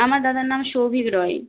আমার দাদার নাম সৌভিক রয়